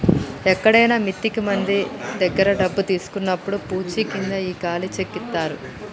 ఎక్కడైనా మిత్తికి మంది దగ్గర డబ్బు తీసుకున్నప్పుడు పూచీకింద ఈ ఖాళీ చెక్ ఇత్తారు